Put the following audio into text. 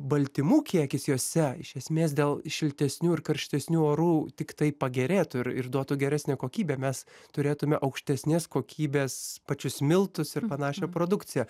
baltymų kiekis jose iš esmės dėl šiltesnių ir karštesnių orų tiktai pagerėtų ir ir duotų geresnę kokybę mes turėtume aukštesnės kokybės pačius miltus ir panašią produkciją